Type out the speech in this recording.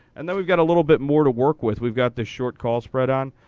and then we've got a little bit more to work with. we've got the short call spread on,